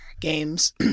games